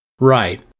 Right